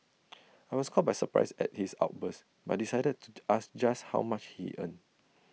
I was caught by surprise at his outburst but decided to the ask just how much he earned